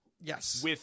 Yes